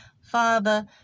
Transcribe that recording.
father